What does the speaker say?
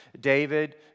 David